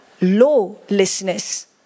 lawlessness